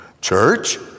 church